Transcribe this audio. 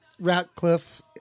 Ratcliffe